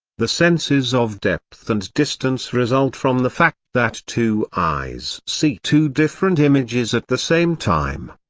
the senses of depth and distance result from the fact that two eyes see two different images at the same time.